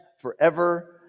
forever